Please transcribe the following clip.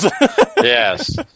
Yes